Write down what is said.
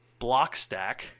Blockstack